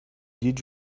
did